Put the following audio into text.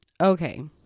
Okay